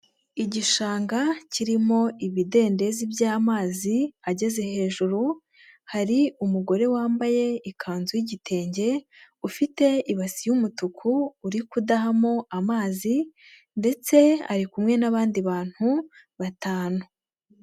Igishanga kirimo ibidendezi by'amazi, ageze hejuru, hari umugore wambaye ikanzu y'igitenge, ufite ibasi y'umutuku, uri kudahamo amazi ndetse ari kumwe n'abandi bantu, batanu.